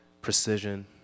precision